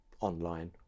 online